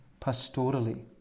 pastorally